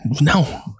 No